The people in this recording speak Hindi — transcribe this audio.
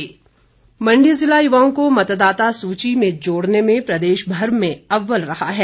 युवा मतदाता मण्डी ज़िला युवाओं को मतदाता सूची में जोड़ने में प्रदेशभर में अव्वल रहा है